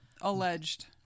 Alleged